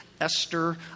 Esther